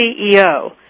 CEO